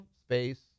space